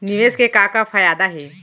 निवेश के का का फयादा हे?